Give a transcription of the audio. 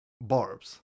Barbs